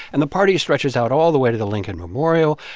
and the party stretches out all the way to the lincoln memorial.